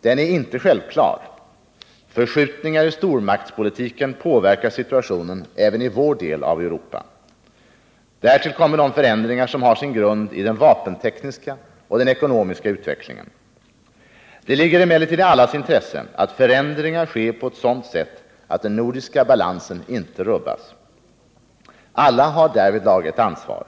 Den är inte självklar. Förskjutningar i stormaktspolitiken påverkar situationen även i vår del av Europa. Därtill kommer de förändringar som har sin grund i den vapentekniska och i den ekonomiska utvecklingen. Det ligger emellertid i allas intresse att förändringar sker på ett sådant sätt att den nordiska balansen inte rubbas. Alla har därvidlag ett ansvar.